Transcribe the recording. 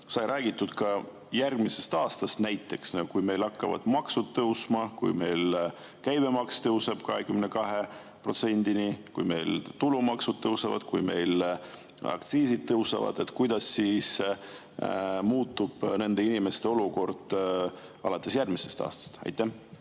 sai räägitud ka järgmisest aastast näiteks, kui meil hakkavad maksud tõusma, kui meil käibemaks tõuseb 22%‑ni, kui meil tulumaks tõuseb, kui meil aktsiisid tõusevad? Kuidas muutub nende inimeste olukord alates järgmisest aastast? Aitäh!